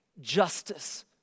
justice